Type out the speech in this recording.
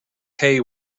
hay